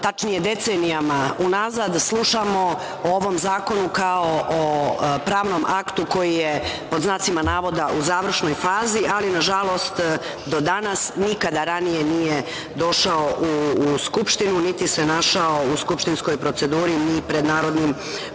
tačnije decenijama unazad slušamo o ovom zakonu kao o pravnom aktu koji je pod znacima navoda u završnoj fazi, ali nažalost do danas nikada ranije nije došao u Skupštinu, niti se našao u skupštinskoj proceduri, ni pred narodnim